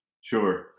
Sure